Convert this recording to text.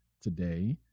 today